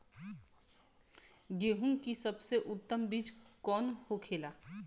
गेहूँ की सबसे उत्तम बीज कौन होखेला?